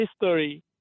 history